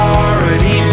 already